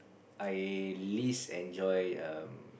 I least enjoy um